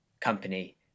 company